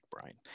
Brian